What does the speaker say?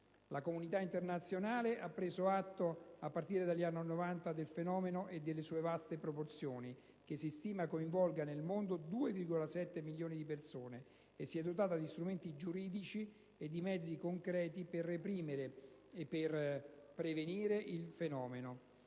la comunità internazionale ha preso atto del fenomeno e delle sue vaste proporzioni (che si stima coinvolga nel mondo 2,7 milioni di persone) e si è dotata di strumenti giuridici e di mezzi concreti per reprimere e prevenire il fenomeno.